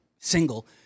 single